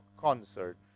concert